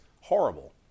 horrible